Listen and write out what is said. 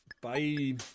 Bye